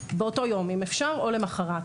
באותו יום אם אפשר, או למחרת.